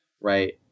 right